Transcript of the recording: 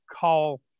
call